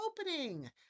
opening